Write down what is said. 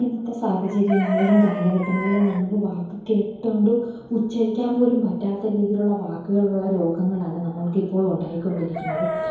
ഇന്നത്തെ സാഹചര്യങ്ങളിലും കാലഘട്ടങ്ങളിലും നമ്മള് വാക്ക് കേട്ടോണ്ട് ഉച്ചരിക്കാന് പോലും പറ്റാത്ത രീതിയിലുള്ള വാക്കുകളുള്ള രോഗങ്ങളാണ് നമ്മൾക്കിപ്പോഴുണ്ടായിക്കൊണ്ടിരിക്കുന്നത്